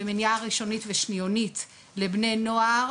במניעה ראשונית ושניונית לבני נוער,